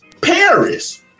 Paris